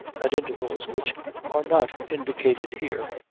at intervals which are not indicated here.